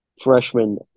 freshman